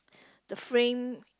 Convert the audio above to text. the frame